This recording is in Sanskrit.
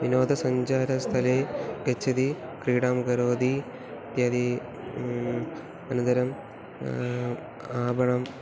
विनोदसञ्चारस्थले गच्छति क्रीडां करोति इत्यादि अनन्तरम् आपणम्